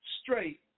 straight